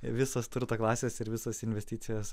į visas turto klases ir visas investicijas